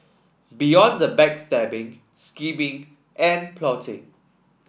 beyond the backstabbing scheming and plotting